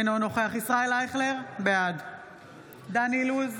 אינו נוכח ישראל אייכלר, בעד דן אילוז,